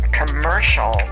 commercial